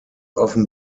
often